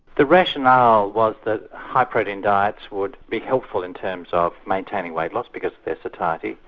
the rationale was that high protein diets would be helpful in terms of maintaining weight loss because of their satiety,